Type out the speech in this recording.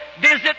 visit